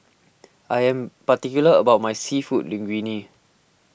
I am particular about my Seafood Linguine